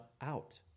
out